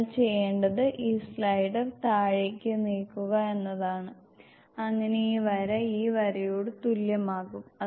നിങ്ങൾ ചെയ്യേണ്ടത് ഈ സ്ലൈഡർ താഴേക്ക് നീക്കുക എന്നതാണ് അങ്ങനെ ഈ വര ഈ വരയോട് തുല്യമാകും